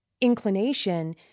inclination